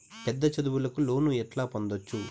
పెద్ద చదువులకు లోను ఎట్లా పొందొచ్చు